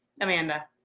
Amanda